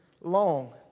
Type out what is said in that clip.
long